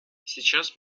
сейчас